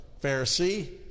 Pharisee